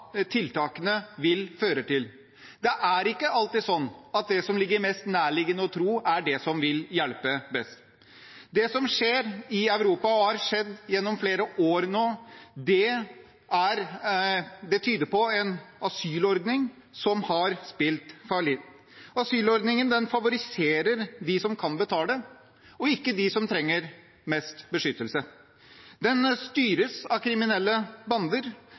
tiltakene vil føre til. Det er ikke alltid slik at det som er mest nærliggende å tro, er det som vil hjelpe best. Det som skjer i Europa, og som har skjedd gjennom flere år nå, tyder på en asylordning som har spilt fallitt. Asylordningen favoriserer dem som kan betale, og ikke dem som trenger mest beskyttelse. Den styres av kriminelle bander,